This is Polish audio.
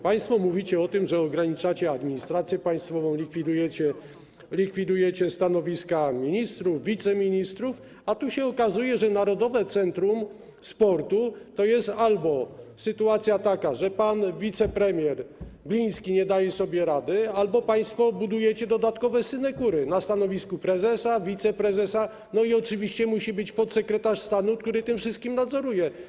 Państwo mówicie o tym, że ograniczacie administrację państwową, likwidujecie stanowiska ministrów, wiceministrów, a tu się okazuje, że Narodowe Centrum Sportu to jest albo sytuacja taka, że pan wicepremier Gliński nie daje sobie rady, albo państwo budujecie dodatkowe synekury na stanowisku prezesa, wiceprezesa, no i oczywiście musi być podsekretarz stanu, który to wszystko nadzoruje.